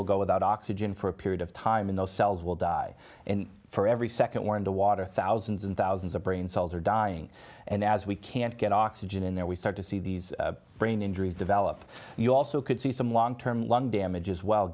will go without oxygen for a period of time in cells will die and for every second war in the water thousands and thousands of brain cells are dying and as we can't get oxygen in there we start to see these brain injuries develop you also could see some long term lung damage as well